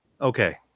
Okay